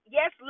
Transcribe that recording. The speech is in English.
Yes